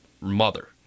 mother